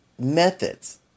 methods